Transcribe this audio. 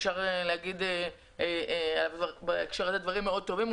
אפשר להגיד בהקשר הזה דברים מאוד טובים עליו,